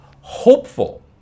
hopeful